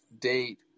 date